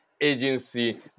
agency